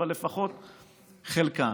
אבל לפחות חלקן,